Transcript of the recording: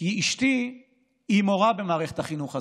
אשתי היא מורה במערכת החינוך הזאת,